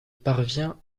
parvint